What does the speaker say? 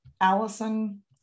Allison